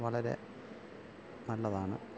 വളരെ നല്ലതാണ്